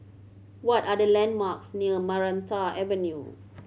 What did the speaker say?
what are the landmarks near Maranta Avenue